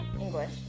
English